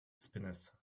spinners